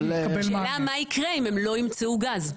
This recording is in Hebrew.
השאלה מה יקרה אם הם לא ימצאו גז,